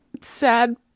sad